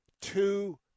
Two